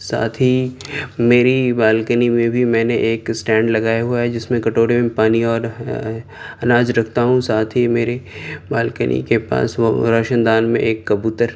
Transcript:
ساتھ ہی میری بالکنی میں بھی میں نے ایک اسٹینڈ لگایا ہوا ہے جس میں کٹورے میں پانی اور اناج رکھتا ہوں ساتھ ہی میری بالکنی کے پاس وہ روشن دان میں ایک کبوتر